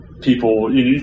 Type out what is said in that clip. people